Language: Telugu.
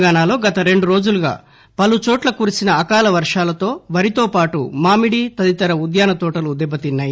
తెలంగాణ లో గత రెండు రోజులుగా పలుచోట్ల కురిసిన అకాల వర్షాలతో వరితో పాటు మామిడి తదితర ఉద్యాన తోటలు దెబ్బతిన్నాయి